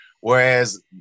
Whereas